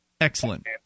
Excellent